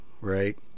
right